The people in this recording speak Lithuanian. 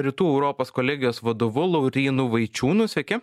rytų europos kolegijos vadovu laurynu vaičiūnu sveiki